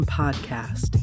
podcast